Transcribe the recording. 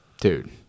Dude